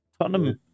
Tottenham